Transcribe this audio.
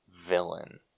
villain